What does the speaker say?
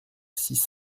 six